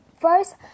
First